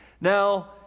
Now